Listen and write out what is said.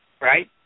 right